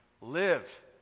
Live